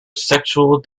sexual